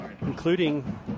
including